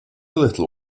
little